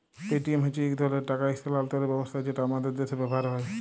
Paytm হছে ইক ধরলের টাকা ইস্থালাল্তরের ব্যবস্থা যেট আমাদের দ্যাশে ব্যাভার হ্যয়